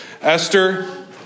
Esther